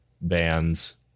bands